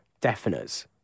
deafeners